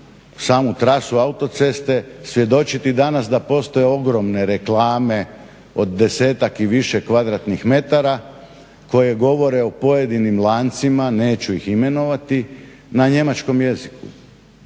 samo trasu autoceste svjedočiti danas da postoje ogromne reklame, od desetak i više kvadratnih metara koje govore o pojedinim lancima, neću ih imenovati, na njemačkom jeziku.